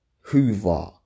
hoover